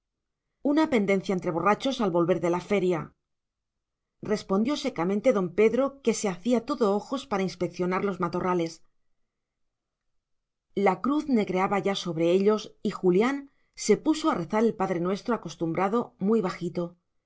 una pendencia entre borrachos al volver de la feria respondió secamente don pedro que se hacía todo ojos para inspeccionar los matorrales la cruz negreaba ya sobre ellos y julián se puso a rezar el padre nuestro acostumbrado muy bajito